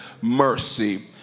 mercy